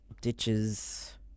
ditches